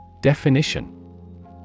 Definition